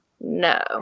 No